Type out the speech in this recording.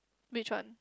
which one